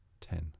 Ten